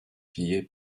pillé